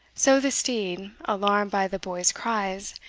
so the steed, alarmed by the boy's cries,